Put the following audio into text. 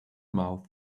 mouth